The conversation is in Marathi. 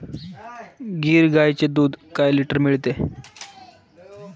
गीर गाईचे दूध काय लिटर मिळते?